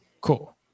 Cool